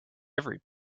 every